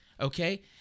okay